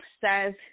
says